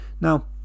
Now